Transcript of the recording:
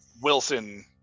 Wilson